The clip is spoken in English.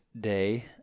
day